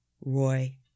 Roy